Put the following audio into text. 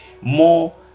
more